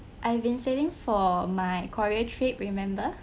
I've been saving for my korea trip remember